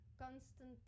constant